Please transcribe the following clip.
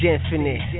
Infinite